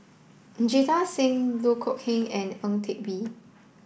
Jita Singh Loh Kok Heng and Ang Teck Bee